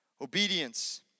Obedience